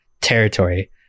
territory